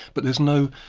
but there's no